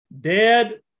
dead